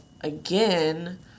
again